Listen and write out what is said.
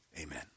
Amen